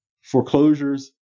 Foreclosures